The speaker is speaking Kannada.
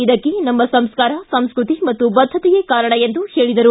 ಇದಕ್ಕೆ ನಮ್ಮ ಸಂಸ್ಕಾರ ಸಂಸ್ಕೃತಿ ಹಾಗೂ ಬದ್ದತೆಯೇ ಕಾರಣ ಎಂದು ಹೇಳಿದರು